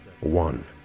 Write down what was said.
one